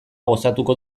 gozatuko